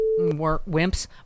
wimps